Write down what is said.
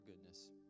goodness